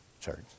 Church